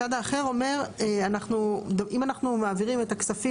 הצד האחר אומר שאם אנחנו מעבירים את הכספים